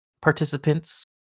participants